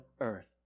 earth